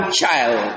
child